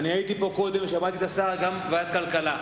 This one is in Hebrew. הייתי פה קודם ושמעתי את השר גם בוועדת הכלכלה.